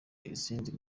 izindi